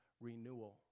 renewal